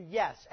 yes